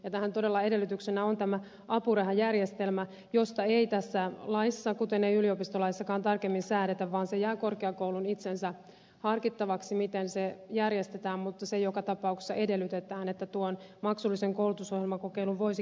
tähän todella edellytyksenä on tämä apurahajärjestelmä josta ei tässä laissa kuten ei yliopistolaissakaan tarkemmin säädetä vaan jää korkeakoulun itsensä harkittavaksi miten se järjestetään mutta se joka tapauksessa edellytetään että tuon maksullisen koulutusohjelmakokeilun voisi käynnistää